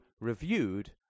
reviewed